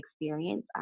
experience